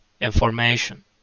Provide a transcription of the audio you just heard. information